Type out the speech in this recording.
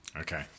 Okay